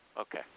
Okay